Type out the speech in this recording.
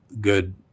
good